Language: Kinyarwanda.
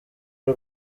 y’u